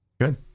Good